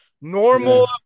normal